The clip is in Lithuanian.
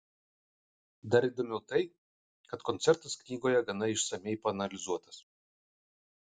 dar įdomiau tai kad koncertas knygoje gana išsamiai paanalizuotas